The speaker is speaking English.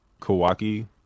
Kawaki